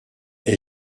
est